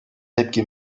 tepki